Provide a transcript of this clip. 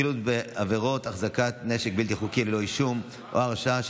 חילוט בעבירות החזקת נשק בלתי חוקי ללא אישום או הרשעה),